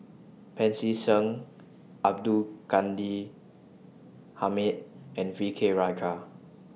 Pancy Seng Abdul Ghani Hamid and V K Rajah